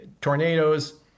tornadoes